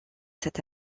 cette